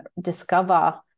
discover